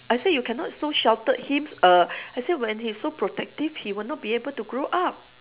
I say you cannot so sheltered him err I said when he's so protective he will not be able to grow up